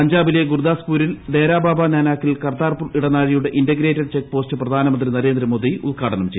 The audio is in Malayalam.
പഞ്ചാബിലെ ഗുർദാസ്പൂരിൽ ദേരാ ബാബാ നാനാകിൽ കർതാർപുർ ഇടനാഴിയുടെ ഇന്റഗ്രേറ്റഡ് ചെക്ക്പോസ്റ്റ് പ്രധാനമന്ത്രി നരേന്ദ്രമോദി ഉദ്ഘാടനം ചെയ്തു